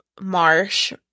marsh